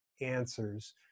answers